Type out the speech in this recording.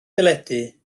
deledu